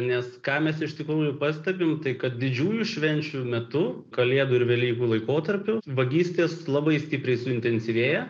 nes ką mes iš tikrųjų pastebim tai kad didžiųjų švenčių metu kalėdų ir velykų laikotarpiu vagystės labai stipriai suintensyvėja